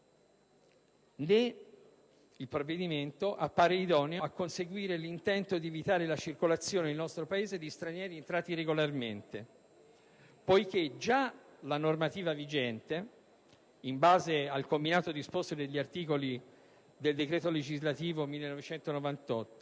Né il provvedimento appare idoneo a conseguire l'intento di evitare la circolazione nel nostro Paese di stranieri entrati irregolarmente, poiché già la normativa vigente, in base al combinato disposto degli articoli 13 e 14 del decreto legislativo 25